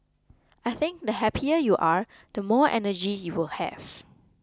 I think the happier you are the more energy you will have